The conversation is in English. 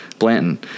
Blanton